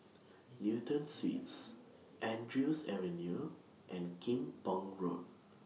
Newton Suites Andrews Avenue and Kim Pong Road